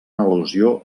al·lusió